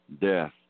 Death